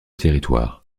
territoire